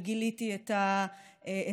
וגיליתי את ההתמודדות,